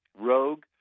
rogue